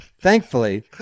Thankfully